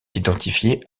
identifié